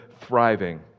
thriving